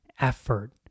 effort